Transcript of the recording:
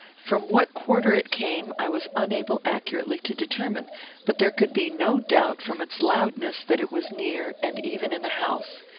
from what quarter it came, i was unable accurately to determine but there could be no doubt, from its loudness, that it was near, and even in the house.